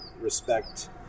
respect